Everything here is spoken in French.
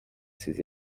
ses